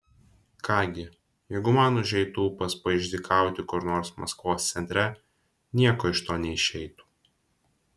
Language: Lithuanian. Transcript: ką gi jeigu man užeitų ūpas paišdykauti kur nors maskvos centre nieko iš to neišeitų